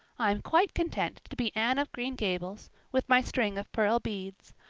i'm quite content to be anne of green gables, with my string of pearl beads.